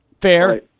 Fair